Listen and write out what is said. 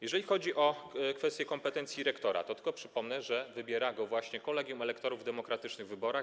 Jeżeli chodzi o kwestie kompetencji rektora, to tylko przypomnę, że wybiera go kolegium elektorów w demokratycznych wyborach.